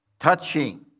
Touching